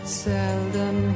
seldom